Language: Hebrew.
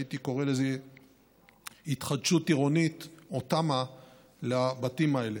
הייתי קורא לזה התחדשות עירונית או תמ"א לבתים האלה.